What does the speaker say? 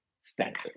standard